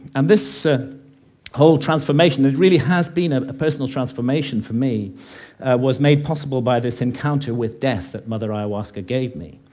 and this ah whole transformation transformation it really has been a personal transformation for me was made possible by this encounter with death that mother ayahuasca gave me.